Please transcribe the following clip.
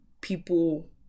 people